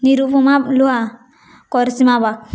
ନିରୁପମା ଲୁହା କରସିମା ବାଗ୍